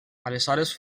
aleshores